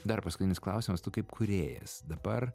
dar paskutinis klausimas tu kaip kūrėjas dabar